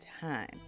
time